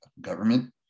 government